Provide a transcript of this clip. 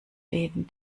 den